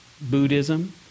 Buddhism